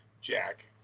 Jack